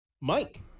Mike